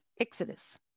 exodus